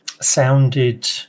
Sounded